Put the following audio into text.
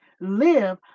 live